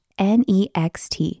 next